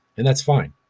and that's fine.